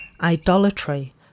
idolatry